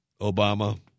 Obama